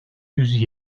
yüz